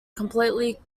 completely